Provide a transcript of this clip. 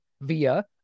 via